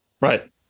Right